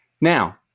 Now